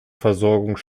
versorgung